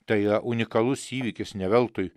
tai yra unikalus įvykis ne veltui